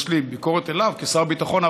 יש לי ביקורת אליו כשר ביטחון,